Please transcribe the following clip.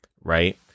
right